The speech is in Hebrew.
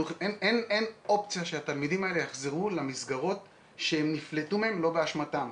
אין אופציה שהתלמידים האלה יחזרו למסגרות שהם נפלטו מהם לא באשמתם.